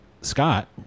Scott